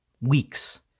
weeks